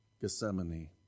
Gethsemane